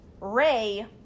Ray